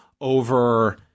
over